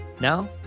Now